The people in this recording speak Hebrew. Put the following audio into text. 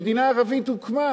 מדינה ערבית הוקמה